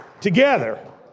together